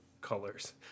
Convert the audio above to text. colors